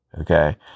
Okay